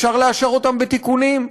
אפשר לאשר אותן בתיקונים,